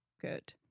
good